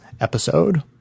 episode